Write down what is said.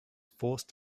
forced